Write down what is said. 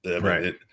Right